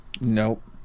Nope